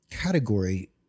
category